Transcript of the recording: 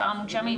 מספר המונשמים,